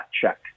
check